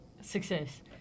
success